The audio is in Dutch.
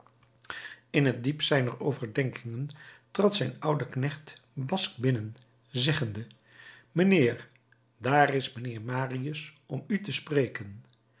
in het diepst zijner overdenkingen trad zijn oude knecht basque binnen zeggende mijnheer daar is mijnheer marius om u te spreken